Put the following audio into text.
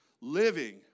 Living